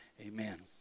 Amen